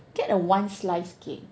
get a one slice cake